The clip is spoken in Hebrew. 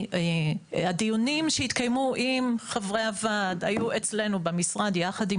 הדיונים שהתקיימו עם חברי הוועד היו אצלנו במשרד יחד עם